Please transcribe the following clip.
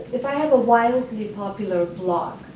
if i have a wildly popular blog,